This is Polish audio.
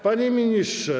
Panie ministrze.